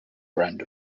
brand